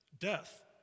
Death